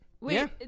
Wait